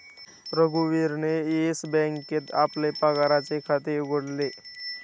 रघुवीरने येस बँकेत आपले पगाराचे खाते उघडले